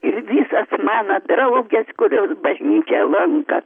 ir visos mano draugės kurios bažnyčią lanko